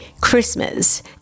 Christmas